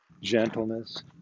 gentleness